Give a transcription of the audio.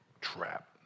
trap